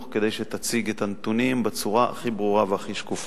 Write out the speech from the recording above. כדי שתציג את הנתונים בצורה הכי ברורה והכי שקופה.